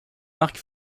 marc